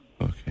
Okay